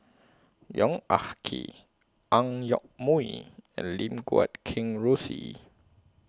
Yong Ah Kee Ang Yoke Mooi and Lim Guat Kheng Rosie